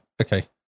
Okay